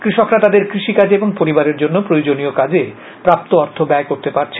কৃষকরা তাদের কৃষি কাজে এবং পরিবারের জন্য প্রয়োজনীয় কাজে প্রাপ্ত অর্থ ব্যয় করতে পারছেন